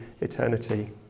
eternity